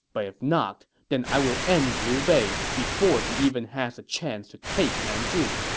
but if not, then i will end liu bei before he even has a chance to take nanjun!